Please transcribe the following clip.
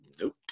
nope